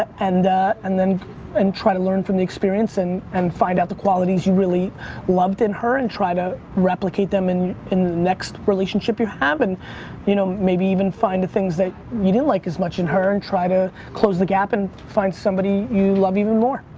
and and then try to learn from the experience and find out the qualities you really loved in her and try to replicate them in in the next relationship you have, and you know, maybe even find the things that you didn't like as much in her and try to close the gap and find somebody you love even more.